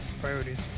priorities